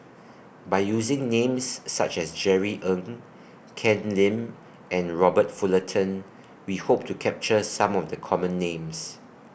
By using Names such as Jerry Ng Ken Lim and Robert Fullerton We Hope to capture Some of The Common Names